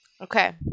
Okay